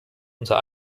unter